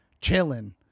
chilling